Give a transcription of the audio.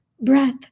breath